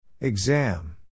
Exam